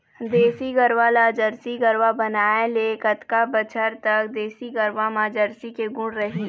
देसी गरवा ला जरसी गरवा बनाए ले कतका बछर तक देसी गरवा मा जरसी के गुण रही?